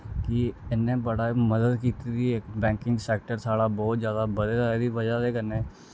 कि इ'नें बड़ा मदद कीती दी ऐ बैंकिंग सैक्टर साढ़ा बौह्त जादा बधे दा एह्दी बजह् दे कन्नै